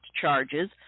charges